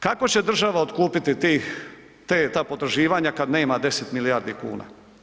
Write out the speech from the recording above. Kako će država otkupiti tih, te, ta potraživanja kad nema 10 milijardi kuna?